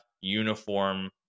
uniform